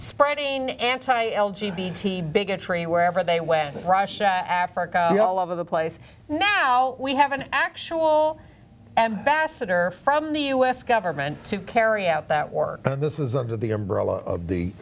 spreading anti l g b t bigotry wherever they went russia africa all over the place now we have an actual ambassador from the u s government to carry out that work and this is up to the umbrella of the